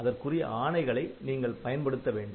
அதற்குரிய ஆணைகளை நீங்கள் பயன்படுத்த வேண்டும்